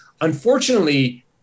unfortunately